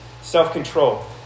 Self-control